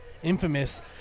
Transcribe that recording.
Infamous